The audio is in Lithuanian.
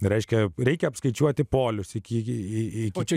reiškia reikia apskaičiuoti polius iki ypač